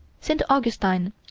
st. augustine,